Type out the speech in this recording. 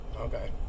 Okay